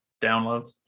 downloads